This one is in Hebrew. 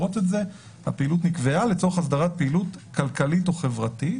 הפעילות נקבעה לצורך אסדרת פעילות כלכלית או חברתית.